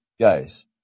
guys